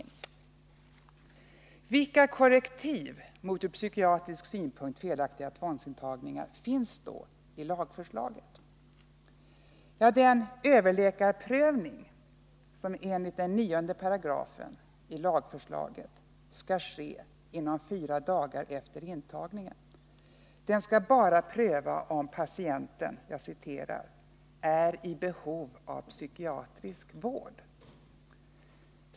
Vilka korrektiv mot från psykiatrisk synpunkt felaktiga tvångsintagningar finns då i lagförslaget? Den överläkarprövning som enligt 9 § i lagförslaget skall ske inom fyra dagar efter intagningen skall endast pröva om patienten ”är i behov av psykiatrisk vård”.